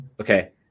okay